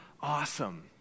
awesome